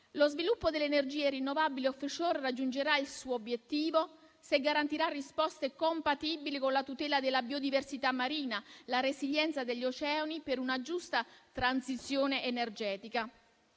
Lo sviluppo delle energie rinnovabili *offshore* raggiungerà il suo obiettivo se garantirà risposte compatibili con la tutela della biodiversità marina e la resilienza degli oceani per una giusta transizione energetica.